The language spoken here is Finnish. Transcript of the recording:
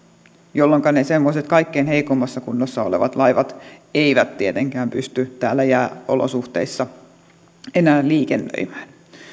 jolloinka ne semmoiset kaikkein heikoimmassa kunnossa olevat laivat eivät tietenkään pysty täällä jääolosuhteissa enää liikennöimään